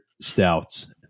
stouts